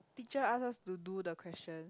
teacher ask us to do the question